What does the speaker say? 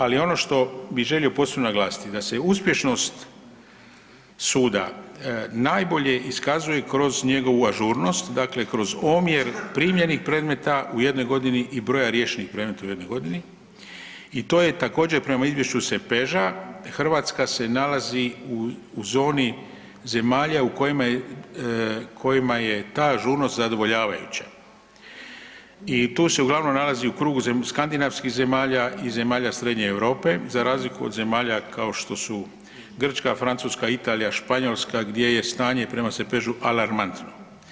Ali ono što bi želio posebno naglasiti da se uspješnost suda najbolje iskazuje kroz njegovu ažurnost, dakle kroz omjer primljenih predmeta u jednoj godini i broja riješenih predmeta u jednoj godini i to je također prema izvješću SEPEŽ-a Hrvatska se nalazi u zoni zemalja u kojima je, kojima je ta ažurnost zadovoljavajući i tu se uglavnom nalazi u krugu skandinavskih zemalja i zemalja Srednje Europe za razliku od zemalja kao što su Grčka, Francuska, Italija, Španjolska gdje je stanje prema SEPEŽ-u alarmantno.